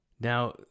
Now